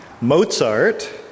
Mozart